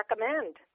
recommend